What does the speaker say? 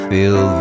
Feel